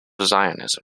zionism